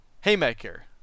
Haymaker